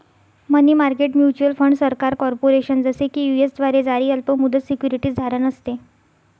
मनी market mutual fund सरकार, corporation, जसे की यू.एस द्वारे जारी अल्प मुदत सिक्युरिटीज धारण असते